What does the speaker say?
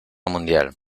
mundial